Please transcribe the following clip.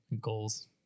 goals